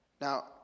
Now